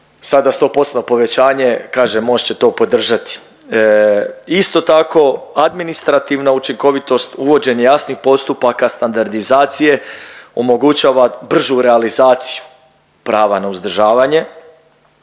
sada 100%-tno povećanje, kažem Most će to podržati. Isto tako administrativna učinkovitost, uvođenje jasnih postupaka standardizacije omogućava bržu realizaciju prava na uzdržavanje.